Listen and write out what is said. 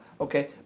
okay